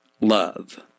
love